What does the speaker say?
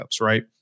right